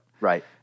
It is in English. Right